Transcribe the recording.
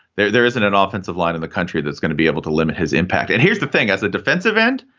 there there isn't an ah offensive line in the country that's gonna be able to limit his impact. and here's the thing. as a defensive end,